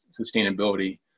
Sustainability